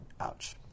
Ouch